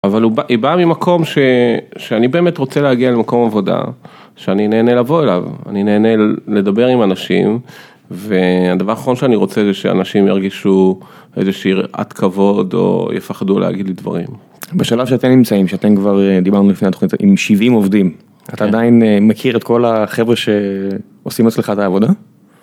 אבל היא באה ממקום שאני באמת רוצה להגיע למקום עבודה שאני נהנה לבוא אליו, אני נהנה לדבר עם אנשים והדבר האחרון שאני רוצה זה שאנשים ירגישו איזושהי יראת כבוד או יפחדו להגיד לי דברים. בשלב שאתם נמצאים, שאתם כבר דיברנו לפני התוכנית עם 70 עובדים, אתה עדיין מכיר את כל החבר'ה שעושים אצלך את העבודה?